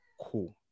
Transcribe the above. Cool